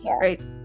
Right